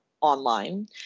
online